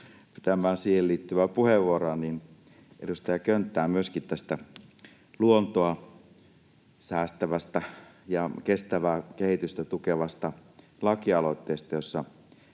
siihen liittyvää puheenvuoroa — tästä luontoa säästävästä ja kestävää kehitystä tukevasta lakialoitteesta,